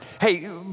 Hey